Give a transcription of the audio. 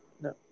No